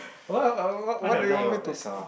wha~ what what do you want me to